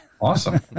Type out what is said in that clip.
Awesome